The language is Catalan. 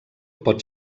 pot